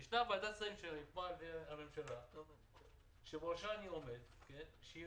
יש ועדת שרים בראשה אני עומד שהיא